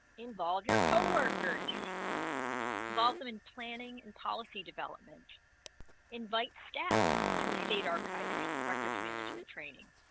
involve your co-workers involve them in planning and policy development invite staff to a state archives records management training